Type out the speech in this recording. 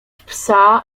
psa